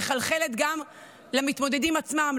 היא מחלחלת גם למתמודדים עצמם,